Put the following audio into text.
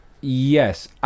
Yes